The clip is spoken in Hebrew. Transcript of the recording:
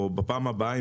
או בפעם הבאה,